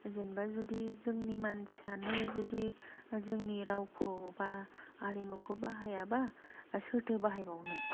जेनेबा जुदि जोंनि मानसियानो जुदि जोंनि रावखौ बा आरिमुखौ बाहायाब्ला सोरथो बाहायबावनो